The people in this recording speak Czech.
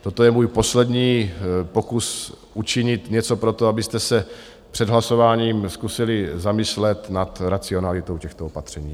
Toto je můj poslední pokus učinit něco pro to, abyste se před hlasováním zkusili zamyslet nad racionalitou těchto opatření.